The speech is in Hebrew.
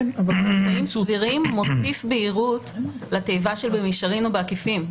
"אמצעים סבירים" מוסיף בהירות לתיבה של "במישרין או בעקיפין".